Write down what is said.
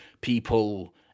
people